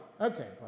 Okay